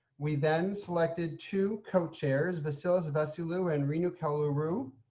we then selected two co-chairs, vasilis vasiliou and renu kowluru,